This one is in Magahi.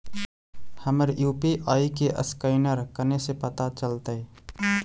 हमर यु.पी.आई के असकैनर कने से पता चलतै?